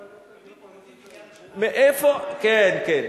תמיד מורידים מיליארד שנה, כן, כן.